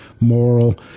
moral